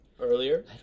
earlier